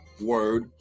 Word